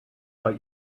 but